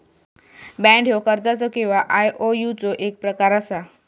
bond ह्यो कर्जाचो किंवा आयओयूचो एक प्रकार असा